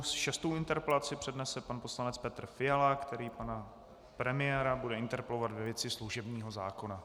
Šestou interpelaci přednese pan poslanec Petr Fiala, který pana premiéra bude interpelovat ve věci služebního zákona.